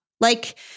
Like-